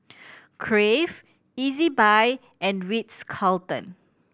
Crave Ezbuy and Ritz Carlton